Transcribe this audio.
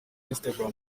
instagram